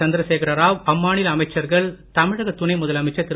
சந்திரசேகர ராவ் அம்மாநில அ மைச்சர்கள் தமிழக துணை முதலமைச்சர் திரு